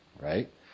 right